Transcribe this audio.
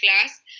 class